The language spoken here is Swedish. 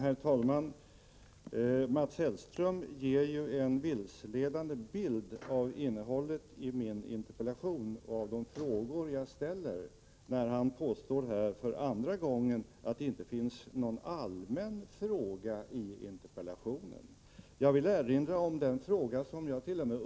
Herr talman! Mats Hellström ger en vilseledande bild av innehållet i min interpellation och av de frågor jag ställer, när han påstår för andra gången att det inte finns någon allmän fråga i interpellationen. Jag vill erinra om den fråga som jagt.o.m.